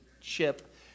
Chip